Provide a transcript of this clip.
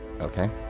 Okay